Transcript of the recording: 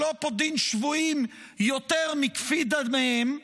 שלא פודין שבויים יותר מכפי דמיהם,